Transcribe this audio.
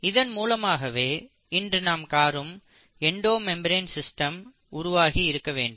இதன் மூலமாகவே இன்று நாம் காணும் எண்டோ மெம்பரேன் சிஸ்டமாக உருவாகி இருக்க வேண்டும்